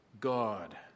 God